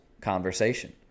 conversation